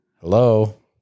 hello